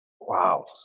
Wow